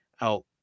out